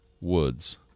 Woods